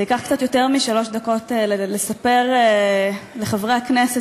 זה ייקח קצת יותר משלוש דקות לספר לחברי הכנסת